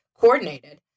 coordinated